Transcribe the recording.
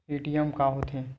ATM का होथे?